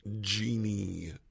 genie